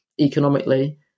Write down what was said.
economically